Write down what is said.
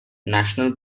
national